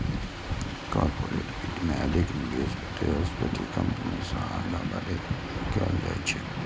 corporate वित्त मे अधिक निवेश प्रतिस्पर्धी कंपनी सं आगां बढ़ै लेल कैल जाइ छै